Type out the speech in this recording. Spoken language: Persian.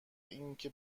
اینکه